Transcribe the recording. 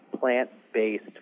plant-based